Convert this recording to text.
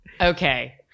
okay